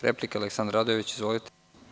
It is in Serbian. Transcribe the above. Replika, Aleksandar Radojević, izvolite.